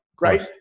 right